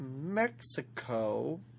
Mexico